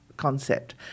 concept